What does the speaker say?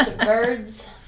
birds